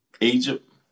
Egypt